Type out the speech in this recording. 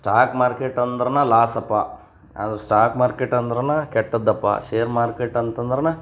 stock market ಅಂದ್ರನೇ ಲಾಸಪ್ಪ ಅದ್ರ ಸ್ಟಾಕ್ ಮಾರ್ಕೇಟ್ ಅಂದ್ರನೇ ಕೆಟ್ಟದ್ದಪ್ಪ ಷೇರ್ ಮಾರ್ಕೇಟ್ ಅಂತಂದ್ರನೇ